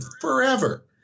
forever